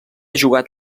jugat